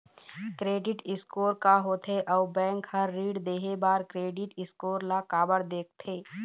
Credit score का होथे अउ बैंक हर ऋण देहे बार क्रेडिट स्कोर ला काबर देखते?